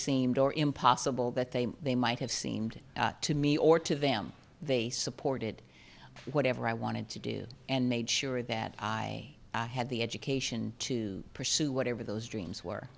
seemed or impossible that they they might have seemed to me or to them they supported whatever i wanted to do and made sure that i had the education to pursue whatever those dreams were